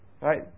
right